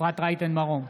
אפרת רייטן מרום,